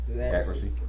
Accuracy